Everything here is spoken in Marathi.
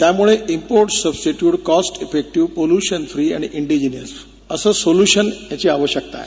त्यामुळे import substitute cost effective pollution free आणि इंडिजिनेस असं सोल्युशन याची आवश्यकता आहे